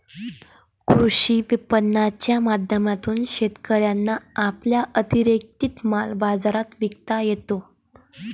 कृषी विपणनाच्या माध्यमातून शेतकऱ्यांना आपला अतिरिक्त माल बाजारात विकता येतो